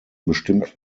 bestimmt